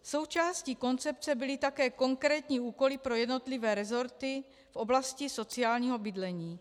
Součástí koncepce byly také konkrétní úkoly pro jednotlivé resorty v oblasti sociálního bydlení.